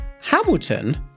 Hamilton